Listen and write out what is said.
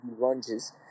lunges